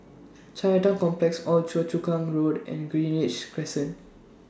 Chinatown Complex Old Choa Chu Kang Road and Greenridge Crescent